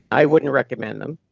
i wouldn't recommend them.